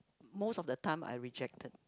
most of the time I rejected